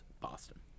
Boston